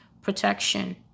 protection